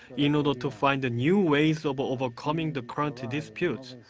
in order to find new ways of overcoming the current disputes,